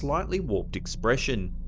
slightly warped expression.